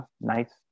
nice